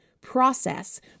process